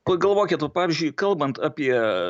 pagalvokit va pavyzdžiui kalbant apie